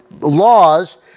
laws